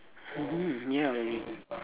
hmm hmm ya